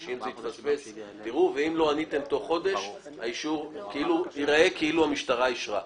אם לא עניתם תוך חודש, ייראה כאילו המשטרה אישרה.